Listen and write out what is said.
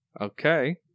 Okay